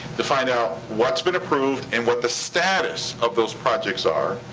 to find out what's been approved and what the status of those projects are.